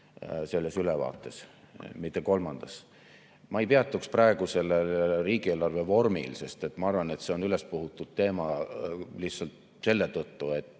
teisest lainest, mitte kolmandast. Ma ei peatuks praegu sellel riigieelarve vormil, sest ma arvan, et see on ülespuhutud teema lihtsalt selle tõttu, et